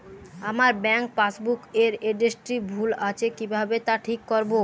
আমার bank passbook এর এড্রেসটি ভুল আছে কিভাবে তা ঠিক করবো?